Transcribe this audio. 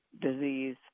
disease